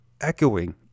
echoing